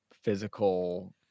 physical